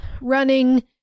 running